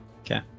Okay